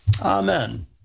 amen